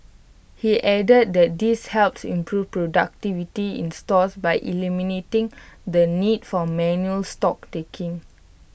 he added that this helps improve productivity in stores by eliminating the need for manual stock taking